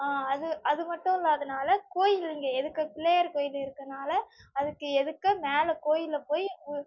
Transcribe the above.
அது அது மட்டும் இல்லாதுனால கோயில் இங்கே எதுர்க்க பிள்ளையார் கோயில் இருக்கறனால அதுக்கு எதுர்க்க மேலே கோயிலில் போய் உ